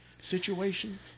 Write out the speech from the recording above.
situation